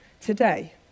today